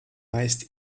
meist